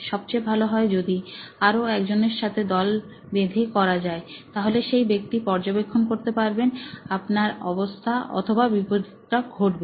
সবচেয়ে ভালো হয় যদি আরও একজনের দল বেঁধে করা যায়তাহলে সেই ব্যক্তি পর্যবেক্ষণ করতে পারবেন আপনার অবস্থা অথবা বিপরীতটা ঘটবে